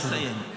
אני מסיים.